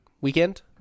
weekend